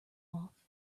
off